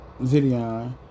Zidion